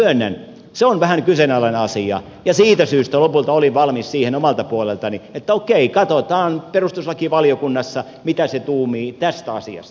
myönnän se on vähän kyseenalainen asia ja siitä syystä lopulta olin valmis siihen omalta puoleltani että okei katsotaan perustuslakivaliokunnassa mitä se tuumii tästä asiasta